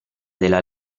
della